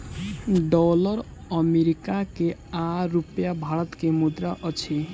dollar America के आ रूपया भारत के मुद्रा अछि